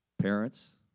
Parents